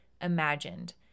imagined